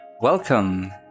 Welcome